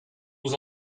aux